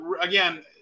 Again